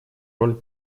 роль